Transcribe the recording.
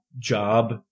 job